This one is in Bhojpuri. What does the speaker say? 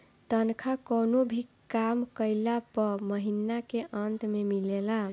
तनखा कवनो भी काम कइला पअ महिना के अंत में मिलेला